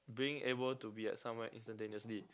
being able to be at somewhere instantaneously